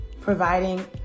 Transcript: providing